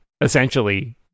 essentially